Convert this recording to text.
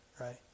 right